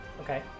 Okay